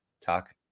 talk